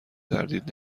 تردید